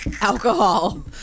Alcohol